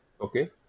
Okay